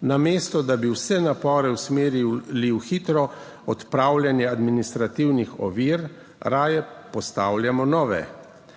Namesto da bi vse napore usmerili v hitro odpravljanje administrativnih ovir, raje postavljamo nove.